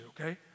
okay